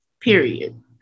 period